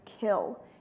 kill